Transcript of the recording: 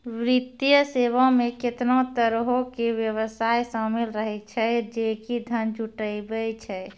वित्तीय सेवा मे केतना तरहो के व्यवसाय शामिल रहै छै जे कि धन जुटाबै छै